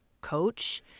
coach